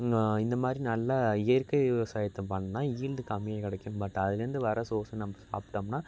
இந்த மாதிரி நல்லா இயற்கை விவசாயத்தை பண்ணால் ஈல்டு கம்மியாக கிடைக்கும் பட் அதுலந்து வர சோர்ஸும் நம்ப சாப்பிட்டம்னா